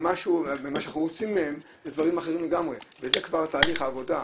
ומה שאנחנו רוצים מהם זה דברים אחרים לגמרי וזה כבר תהליך העבודה,